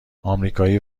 آمریکایی